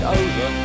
over